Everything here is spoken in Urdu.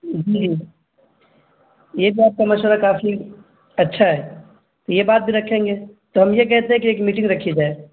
جی یہ بات کا مشورہ کافی اچھا ہے یہ بات بھی رکھیں گے تو ہم یہ کہتے ہیں کہ ایک میٹنگ رکھی جائے